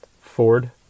Ford